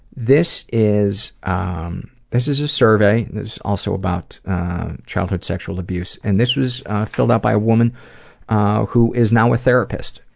this is ah um this is a survey that's also about childhood sexual abuse, and this was filled out by a woman who is now a therapist.